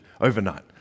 overnight